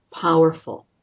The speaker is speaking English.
powerful